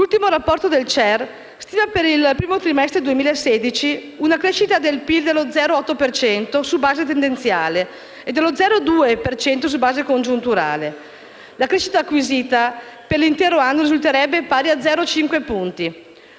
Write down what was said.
l'ultimo rapporto del CER stima, per il primo trimestre del 2016, una crescita del PIL dello 0,8 per cento su base tendenziale e dello 0,2 per cento su base congiunturale. La crescita acquisita per l'intero anno risulterebbe pari a 0,5 punti.